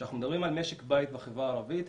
כשאנחנו מדברים על משק בית בחברה הערבית,